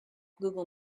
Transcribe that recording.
google